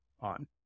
on